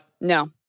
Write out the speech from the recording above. No